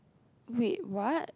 wait what